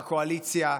בקואליציה,